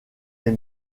les